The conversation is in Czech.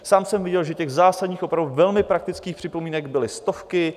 Sám jsem viděl, že těch zásadních, opravdu velmi praktických připomínek byly stovky.